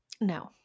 No